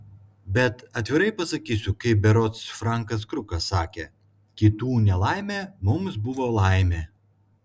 bet atvirai pasakysiu kaip berods frankas krukas sakė kitų nelaimė mums buvo laimė